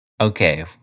Okay